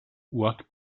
what